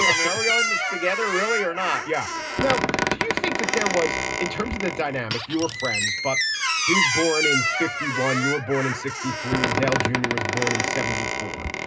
i mean are we all in this together really or not yeah. now do you think that there was in terms of the dynamic you were friends but he was born in fifty one you were born in sixty three and dale junior was born in seventy four.